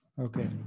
Okay